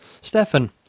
Stefan